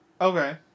okay